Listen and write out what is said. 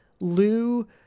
Lou